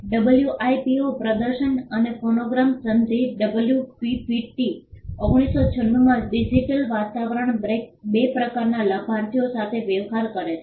WIPO પ્રદર્શન અને phonogram સંધિ ડબ્લ્યુપીપીટી 1996 માં ડિજિટલ વાતાવરણમાં બે પ્રકારના લાભાર્થીઓ સાથે વહેવાર કરે છે